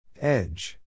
Edge